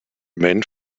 men